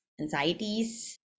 anxieties